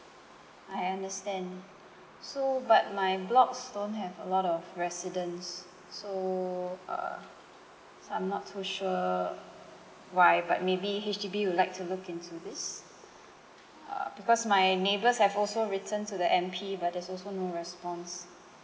I understand so but my blocks don't have a lot of residents so uh so I'm not too sure why but maybe H_D_B would like to look into this uh because my neighbours have also written to the M_P but there's also no response